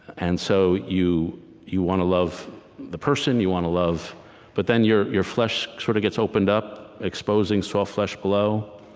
and so you you want to love the person, you want to love but then your your flesh sort of gets opened up, exposing soft flesh below,